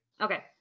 okay